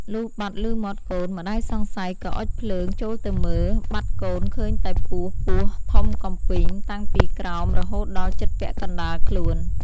លុះបាត់ឮមាត់កូន ម្ដាយសង្ស័យក៏អុជភ្លើង ចូលទៅមើល បាត់កូនឃើញតែពោះពស់ធំកំពីង តាំងពីក្រោមរហូតដល់ជិតពាក់កណ្ដាលខ្លួន ។